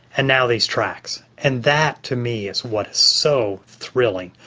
and now these tracks. and that to me is what is so thrilling,